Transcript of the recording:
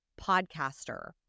podcaster